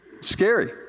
Scary